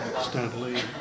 steadily